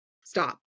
stop